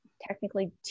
technically